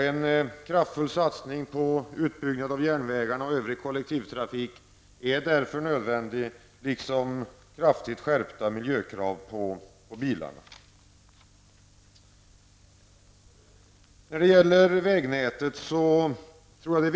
En kraftfull satsning på utbyggnad av järnvägarna och övrig kollektivtrafik är därför nödvändig, liksom kraftigt skärpta miljökrav på bilarna.